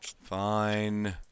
Fine